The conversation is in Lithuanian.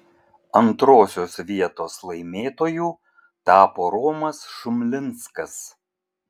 antrosios vietos laimėtoju tapo romas šumlinskas